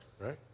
right